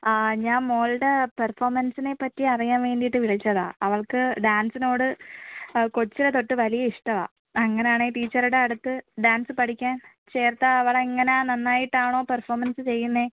ആ ഞാൻ മോളുടെ പെർഫോമൻസിനെ പറ്റി അറിയാൻ വേണ്ടിയിട്ട് വിളിച്ചതാണ് അവൾക്ക് ഡാൻസിനോട് കൊച്ചിലേ തൊട്ട് വലിയ ഇഷ്ടമാണ് അങ്ങനെ ആണെങ്കിൽ ടീച്ചറുടെ അടുത്ത് ഡാൻസ് പഠിക്കാൻ ചേർത്താൽ അവൾ എങ്ങനെയാണ് നന്നായിട്ടാണോ പെർഫോമൻസ് ചെയ്യുന്നത്